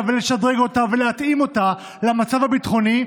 ולשדרג אותה ולהתאים אותה למצב הביטחוני,